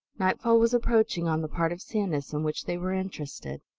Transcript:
nightfall was approaching on the part of sanus in which they were interested.